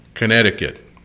Connecticut